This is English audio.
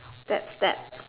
that's that